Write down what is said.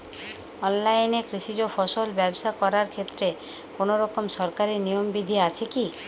অনলাইনে কৃষিজ ফসল ব্যবসা করার ক্ষেত্রে কোনরকম সরকারি নিয়ম বিধি আছে কি?